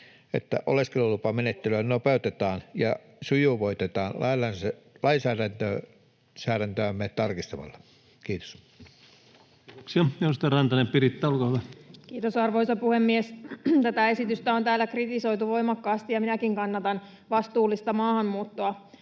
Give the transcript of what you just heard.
että oleskelulupamenettelyä nopeutetaan ja sujuvoitetaan lainsäädäntöämme tarkistamalla. — Kiitos. Kiitoksia. — Edustaja Rantanen, Piritta, olkaa hyvä. Kiitos, arvoisa puhemies! Tätä esitystä on täällä kritisoitu voimakkaasti, ja minäkin kannatan vastuullista maahanmuuttoa.